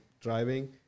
driving